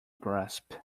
grasp